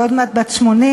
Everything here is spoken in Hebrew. שהיא עוד מעט בת 80,